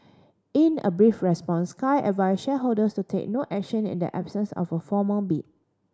in a brief response Sky advised shareholders to take no action in the absence of a formal bid